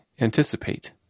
anticipate